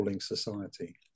society